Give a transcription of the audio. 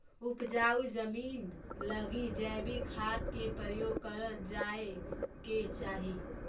उपजाऊ जमींन लगी जैविक खाद के प्रयोग करल जाए के चाही